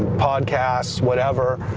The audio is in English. podcasts, whatever.